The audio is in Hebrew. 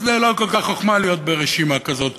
אז זה לא כל כך חוכמה להיות ברשימה כזאת,